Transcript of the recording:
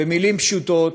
במילים פשוטות,